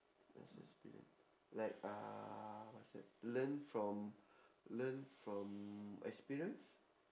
last experience like uh what is that learn from learn from experience